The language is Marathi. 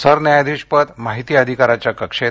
सरन्यायाधीशपद माहिती अधिकाराच्या कक्षेत